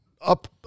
up